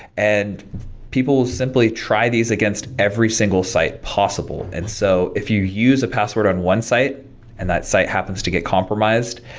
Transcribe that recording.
and people will simply try these against every single site possible. and so if you use a password on one site and that site happens to get compromised,